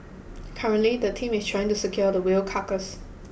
currently the team is trying to secure the whale carcass